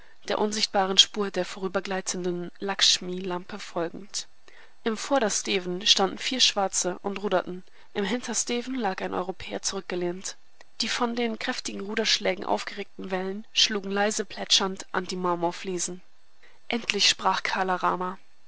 der unsichtbaren spur der vorübergleitenden lackshmilampe folgend im vordersteven standen vier schwarze und ruderten im hintersteven lag ein europäer zurückgelehnt die von den kräftigen ruderschlägen aufgeregten wellen schlugen leise plätschernd an die marmorfliesen endlich sprach kala rama